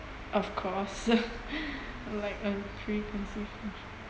of course like a preconceived notion